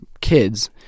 kids